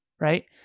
right